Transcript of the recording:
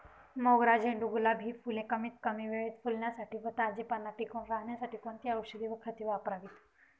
मोगरा, झेंडू, गुलाब हि फूले कमीत कमी वेळेत फुलण्यासाठी व ताजेपणा टिकून राहण्यासाठी कोणती औषधे व खते वापरावीत?